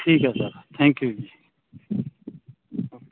ਠੀਕ ਹੈ sir thank you ji okay